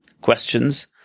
questions